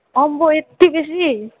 आम्बो यति बेसी